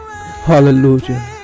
Hallelujah